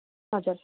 हजुर